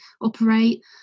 operate